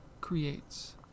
creates